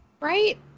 right